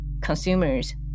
Consumers